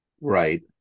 right